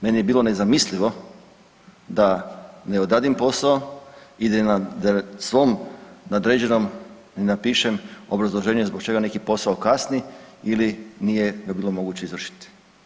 Meni je bilo nezamislivo da ne odradim posao ili da svom nadređenom ne napišem obrazloženje zbog čega neki posao kasni ili nije ga bilo moguće izvršiti.